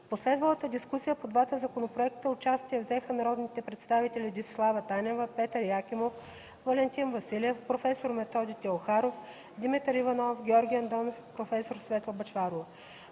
последвалата дискусия по двата законопроекта участие взеха народните представители Десислава Танева, Петър Якимов, Валентин Василев, проф. Методи Теохаров, Димитър Иванов, Георги Андонов и проф. Светла Бъчварова.